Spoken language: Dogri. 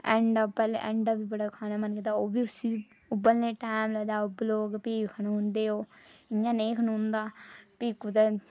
अंडा अंडा बी खानऽ गी बड़ा मन करदा ओह्बी उसी बी बनने ई टैम लगदा ते उबलग ते भी खनोंदे ओह् इंया नेईं खनोंदा भी कुतै